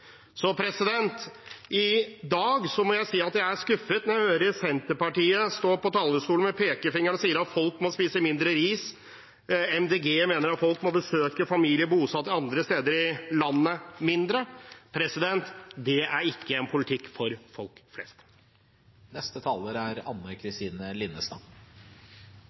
I dag må jeg si at jeg er skuffet når jeg hører Senterpartiet stå på talerstolen med pekefingeren og si at folk må spise mindre ris, og Miljøpartiet De Grønne mener at folk må besøke familie bosatt andre steder i landet, mindre. Det er ikke en politikk for folk flest. Jeg kan være enig med SV, som sier at bærekraftsmål nr. 17 kanskje er